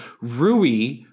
Rui